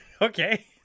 Okay